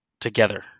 together